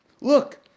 Look